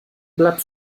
blatt